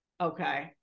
Okay